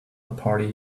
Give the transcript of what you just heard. party